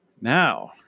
Now